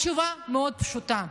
התשובה מאוד פשוטה,